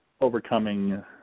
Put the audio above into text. overcoming